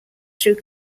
through